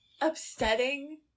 upsetting